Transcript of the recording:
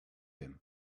him